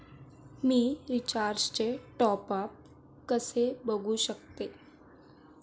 मी रिचार्जचे टॉपअप कसे बघू शकतो?